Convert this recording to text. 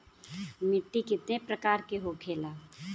मिट्टी कितने प्रकार के होखेला?